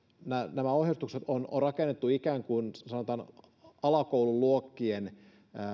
nämä ohjeistukset on on rakennettu ikään kuin sanotaan alakoululuokkien